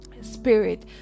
spirit